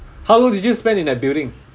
how long did you spend in that building